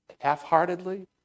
Half-heartedly